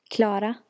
Klara